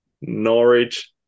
Norwich